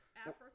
Africa